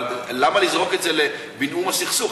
אבל למה לזרוק את זה לבינאום הסכסוך?